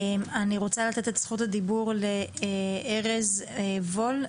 אני רוצה לתת את זכות הדיבור לארז וול,